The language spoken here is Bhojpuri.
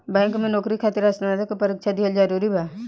बैंक में नौकरी खातिर स्नातक के परीक्षा दिहल जरूरी बा?